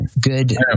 good